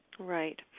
Right